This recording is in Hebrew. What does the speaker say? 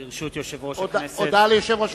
ברשות יושב-ראש הכנסת,